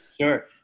Sure